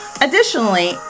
Additionally